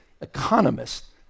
economists